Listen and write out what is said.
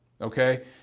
Okay